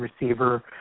receiver